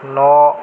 न'